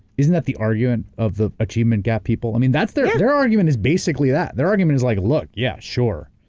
isn't that the argument of the achievement gap people? yeah. i mean, that's. their their argument is basically that. their argument is like, look, yeah, sure,